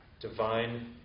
Divine